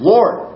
Lord